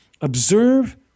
observe